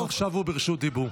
עכשיו הוא ברשות דיבור.